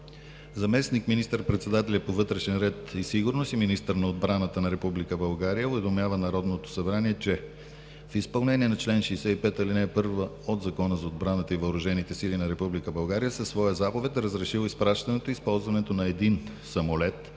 Заместник министър-председателят по вътрешен ред и сигурност и министър на отбраната на Република България уведомява Народното събрание, че в изпълнение на чл. 65, ал. 1 от Закона за отбраната и въоръжените сили на Република България със своя заповед е разрешил изпращането и използването на един самолет